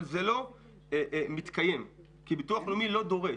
אבל זה לא מתקיים כי ביטוח לאומי לא דורש.